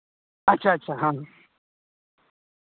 ᱟᱪᱪᱷᱟ ᱟᱪᱪᱷᱟ ᱦᱮᱸ